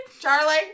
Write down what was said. Charlie